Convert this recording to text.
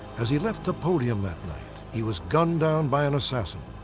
as he left the podium that night, he was gunned down by an assassin.